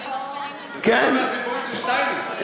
יותר מהסיפורים של שטייניץ.